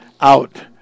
out